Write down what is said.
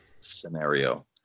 scenario